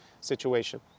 situation